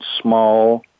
small